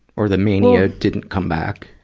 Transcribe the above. or the mania didn't come back?